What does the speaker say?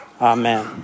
Amen